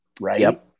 right